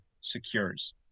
secures